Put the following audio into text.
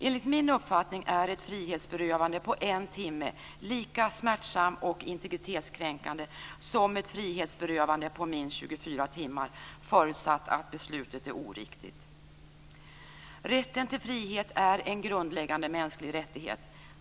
Enligt min uppfattning är ett frihetsberövande på en timme lika smärtsam och integritetskränkande som ett frihetsberövande på minst 24 timmar, förutsatt att beslutet är oriktigt. Rätten till frihet är en grundläggande mänsklig rättighet.